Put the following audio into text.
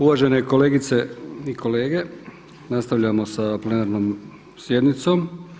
Uvažene kolegice i kolege, nastavljamo sa plenarnom sjednicom.